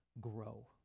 grow